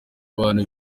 bantu